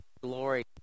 glory